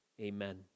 Amen